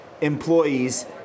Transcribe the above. employees